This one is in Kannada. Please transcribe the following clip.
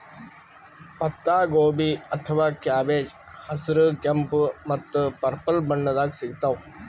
ಪತ್ತಾಗೋಬಿ ಅಥವಾ ಕ್ಯಾಬೆಜ್ ಹಸ್ರ್, ಕೆಂಪ್ ಮತ್ತ್ ಪರ್ಪಲ್ ಬಣ್ಣದಾಗ್ ಸಿಗ್ತಾವ್